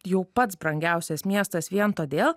jau pats brangiausias miestas vien todėl